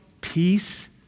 peace